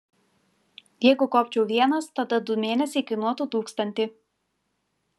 jeigu kopčiau vienas tada du mėnesiai kainuotų tūkstantį